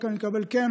אני מקבל רק: כן,